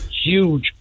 huge